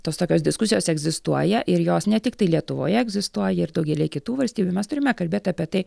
tos tokios diskusijos egzistuoja ir jos ne tiktai lietuvoje egzistuoja ir daugelyje kitų valstybių mes turime kalbėt apie tai